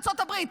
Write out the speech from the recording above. ארצות הברית,